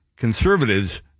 conservatives